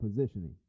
positioning